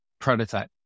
prototype